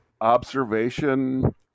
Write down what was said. Observation